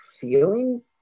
feeling